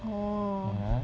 orh